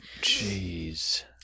Jeez